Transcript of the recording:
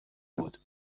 بود